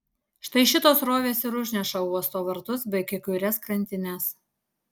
štai šitos srovės ir užneša uosto vartus bei kai kurias krantines